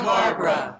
Barbara